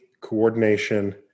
coordination